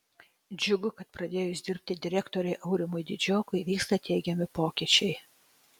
džiugu kad pradėjus dirbti direktoriui aurimui didžiokui vyksta teigiami pokyčiai